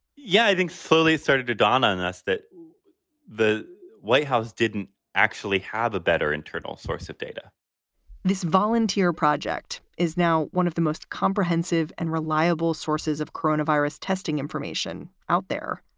yeah, i think slowly started to dawn on us that the white house didn't actually have a better internal source of data this volunteer project is now one of the most comprehensive and reliable sources of coronavirus testing information out there.